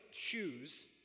shoes